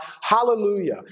Hallelujah